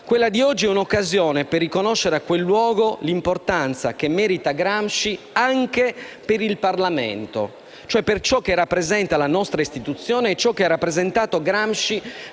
Quella di oggi è un'occasione per riconoscere a quel luogo l'importanza che merita Gramsci anche per il Parlamento, vale a dire per ciò che rappresenta la nostra istituzione e per ciò che ha rappresentato Gramsci